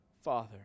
father